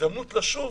לשוב